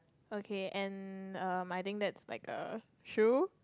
okay and err I think that's like a shoe